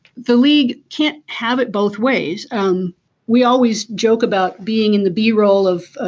the league can't have it both ways um we always joke about being in the b roll of